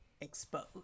exposed